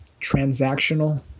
transactional